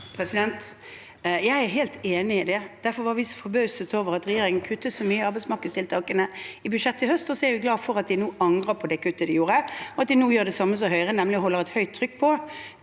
Jeg er helt enig i det. Derfor var vi så forbauset over at regjeringen kuttet så mye i arbeidsmarkedstiltakene i budsjettet i høst, og så er vi glad for at de nå angrer på det kuttet de gjorde, at de nå gjør det samme som Høyre, nemlig holder et høyt trykk på